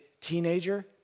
teenager